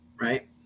right